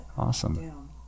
awesome